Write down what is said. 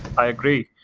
i agree.